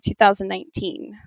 2019